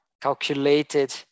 calculated